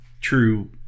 true